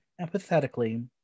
empathetically